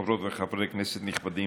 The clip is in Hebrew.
חברות וחברי כנסת נכבדים,